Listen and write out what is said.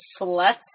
sluts